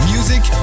Music